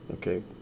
Okay